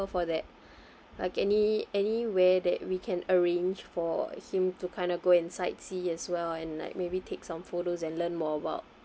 for that like any any way that we can arrange for him to kind of go and sightsee as well and like maybe take some photos and learn more about